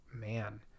Man